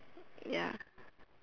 ya